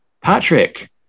Patrick